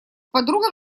подругам